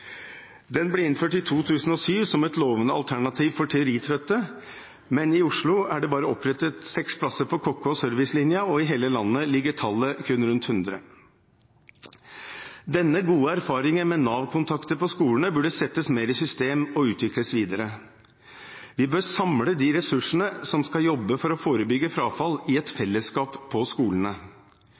Den ble innført i 2007 som et lovende alternativ for teoritrøtte, men i Oslo er det bare opprettet seks plasser på kokk- og service-linja, og i hele landet ligger tallet kun rundt 100. Denne gode erfaringen med Nav-kontakter på skolene burde settes mer i system og utvikles videre. Vi bør samle de ressursene som skal jobbe for å forebygge frafall, i et fellesskap på skolene.